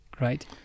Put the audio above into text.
right